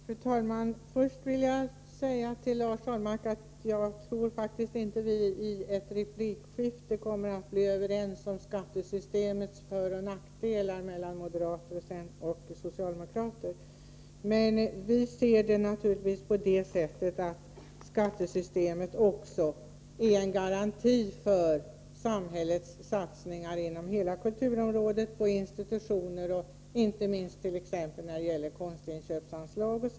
Fru talman! Först vill jag säga till Lars Ahlmark att jag faktiskt inte tror att vi i ett replikskifte kommer att bli överens om skattesystemets föroch nackdelar. Vi socialdemokrater ser det naturligtvis på det sättet att skattesystemet också är en garanti för samhällets satsningar inom hela kulturområdet, t.ex. på institutioner och, inte minst, när det gäller konstinköpsanslag.